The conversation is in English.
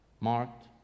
marked